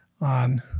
on